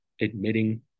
admitting